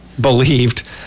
believed